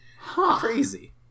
crazy